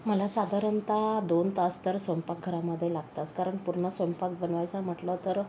मला साधारणतः दोन तास तर स्वयंपाक घरामध्ये लागतात कारण पूर्ण स्वयंपाक बनवायचा म्हटलं तर